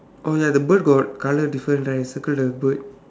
oh ya the birds got color difference right circle the bird